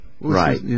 Right